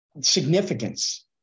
significance